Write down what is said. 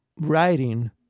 writing